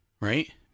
right